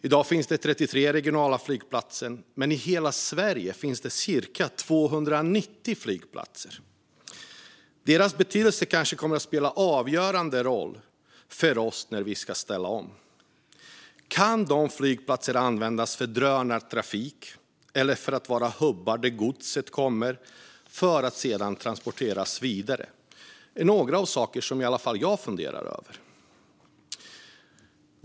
I dag finns det 33 regionala flygplatser, men i hela Sverige finns det cirka 290 flygplatser. De kommer kanske att ha en avgörande betydelse för oss när vi ska ställa om. Om dessa flygplatser kan användas för drönartrafik eller som hubbar dit godset kommer för att sedan transporteras vidare är några av de saker som jag funderar över.